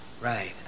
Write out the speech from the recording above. Right